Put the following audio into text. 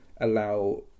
allow